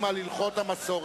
התחיל.